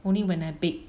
only when I bake